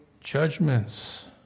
judgments